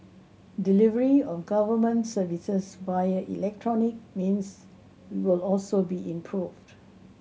delivery of government services via electronic means will also be improved